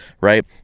right